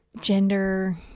gender